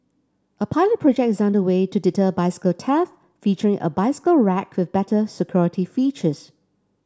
a pilot project is under way to deter bicycle theft featuring a bicycle rack with better security features